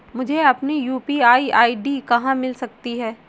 मुझे अपनी UPI ID कहां मिल सकती है?